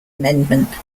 amendment